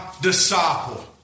disciple